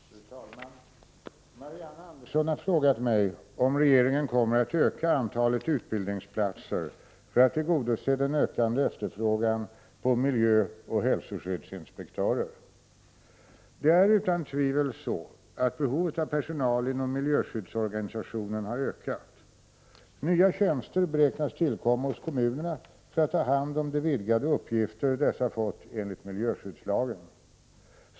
Fru talman! Marianne Andersson har frågat mig om regeringen kommer att öka antalet utbildningsplatser för att tillgodose den ökande efterfrågan på miljöoch hälsoskyddsinspektörer. Det är utan tvivel så att behovet av personal inom miljöskyddsorganisationen har ökat. Nya tjänster beräknas tillkomma hos kommunerna för att ta hand om de vidgade uppgifter dessa fått enligt miljöskyddslagen.